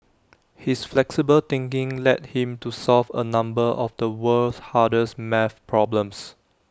his flexible thinking led him to solve A number of the world's hardest maths problems